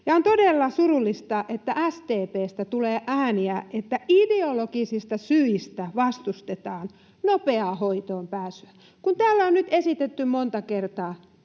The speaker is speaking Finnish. on todella surullista, että SDP:stä tulee niitä ääniä, että ideologisista syistä vastustetaan nopeaa hoitoonpääsyä, kun täällä on nyt esitetty monta kertaa,